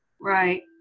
right